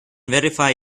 verify